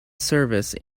service